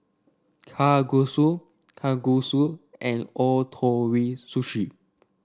Kalguksu Kalguksu and Ootoro Sushi